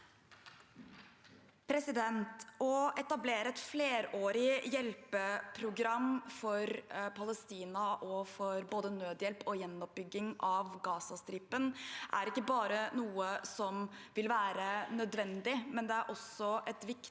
Å etab- lere et flerårig hjelpeprogram for Palestina, for både nødhjelp og gjenoppbygging av Gazastripen, er noe som ikke bare vil være nødvendig, men det er også et viktig